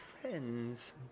friends